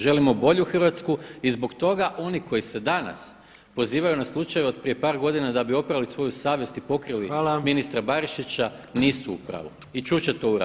Želimo bolju Hrvatsku i zbog toga oni koji se danas pozivaju na slučajeve od prije par godina da bi oprali svoju savjest i pokrili ministra Barišića [[Upadica Jandroković: Hvala.]] nisu u pravu i čut će to u raspravi.